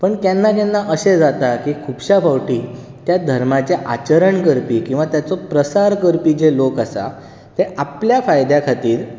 पूण केन्ना केन्ना अशें जाता की खुबश्या फावटीं त्या धर्माचे आचरण करपी किंवा ताचो प्रसार करपी जे लोक आसा ते आपल्या फायद्या खातीर